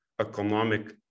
economic